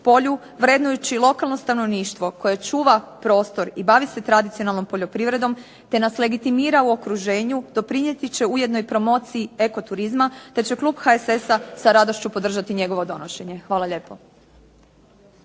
polju vrednujući lokalno stanovništvo koje čuva prostor i bavi se tradicionalnom poljoprivredom, te nas legitimira u okruženju doprinijeti će ujedno i promociji eko turizma, te će klub HSS-a sa radošću podržati njegovo donošenje. Hvala lijepo.